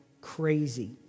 crazy